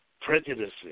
prejudices